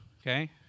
Okay